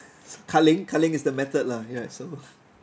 culling culling is the method lah ya so